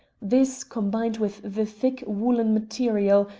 this, combined with the thick woollen material,